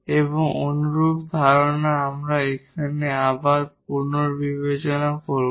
এবং অনুরূপ ধারণা আমরা এখানে আবার পুনর্বিবেচনা করব